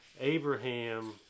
Abraham